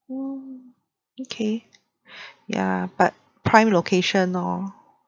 !wow! okay ya but prime location lor